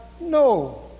no